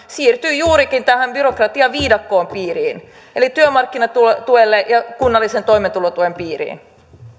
siirtyy juurikin tämän byrokratiaviidakon piiriin eli työmarkkinatuelle ja kunnallisen toimeentulotuen piiriin